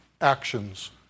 actions